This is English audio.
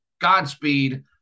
Godspeed